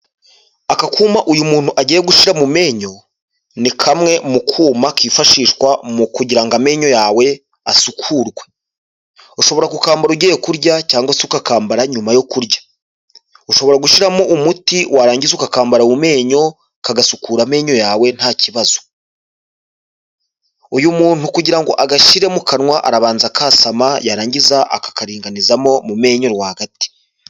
Aka kuma uyu muntu agiye gushi mu menyo, ni kamwe mu kuma kifashishwa mu kugira ngo amenyo yawe asukurwe. Ushobora gukambara ugiye kurya cyangwa se ukakambara nyuma yo kurya. Ushobora gushyiramo umuti warangiza ukambara mu menyo kagasukura amenyo yawe nta kibazo. Uyu muntu kugira ngo agashyire mu kanwa arabanza akasama, yarangiza akakaringaniza mu menyo rwagati.